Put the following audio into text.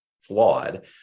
flawed